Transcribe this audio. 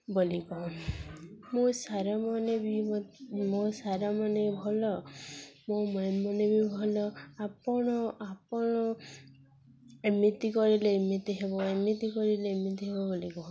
ବୋଲି କ'ଣ ମୋ ସାର୍ମାନେ ବି ମୋ ସାର୍ମାନେ ଭଲ ମୋ ମ୍ୟାମ୍ମାନେ ବି ଭଲ ଆପଣ ଆପଣ ଏମିତି କରିଲେ ଏମିତି ହେବ ଏମିତି କରିଲେ ଏମିତି ହେବ ବୋଲି କହ